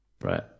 Right